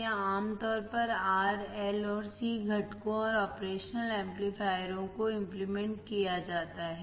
और आमतौर पर R L और C घटकों और ऑपरेशन एम्पलीफायरों को इंप्लीमेंट किया जाता है